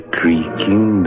creaking